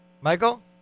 Michael